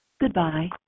Goodbye